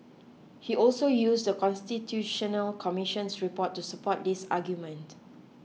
he also used The Constitutional Commission's report to support this argument